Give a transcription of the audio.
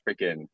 freaking